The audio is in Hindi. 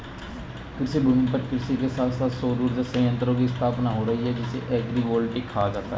कृषिभूमि पर कृषि के साथ साथ सौर उर्जा संयंत्रों की स्थापना हो रही है जिसे एग्रिवोल्टिक कहा जाता है